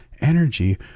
energy